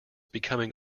becoming